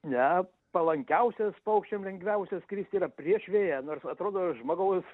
ne palankiausias paukščiam lengviausia skristi yra prieš vėją nors atrodo žmogaus